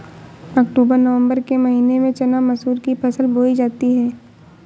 अक्टूबर नवम्बर के महीना में चना मसूर की फसल बोई जाती है?